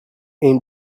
aims